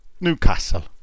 Newcastle